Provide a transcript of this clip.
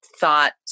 thought